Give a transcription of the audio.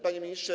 Panie Ministrze!